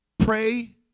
Pray